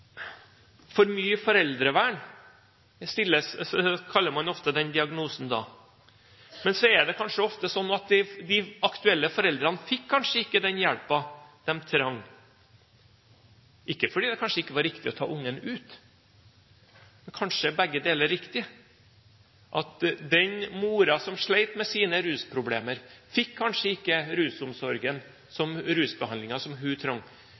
For mye foreldrevern er ofte da «diagnosen». Så er det kanskje ofte sånn at de aktuelle foreldrene ikke fikk den hjelpen de trengte, ikke at det ikke var riktig å ta ungen ut – men kanskje er begge deler riktig? Den moren som slet med rusproblemer, fikk kanskje ikke den rusbehandlingen som